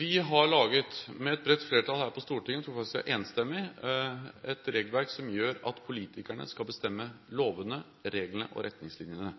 Vi har laget, med et bredt flertall her på Stortinget – jeg tror faktisk det var enstemmig – et regelverk som gjør at politikerne skal bestemme lovene, reglene og retningslinjene.